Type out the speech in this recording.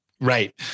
Right